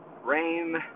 rain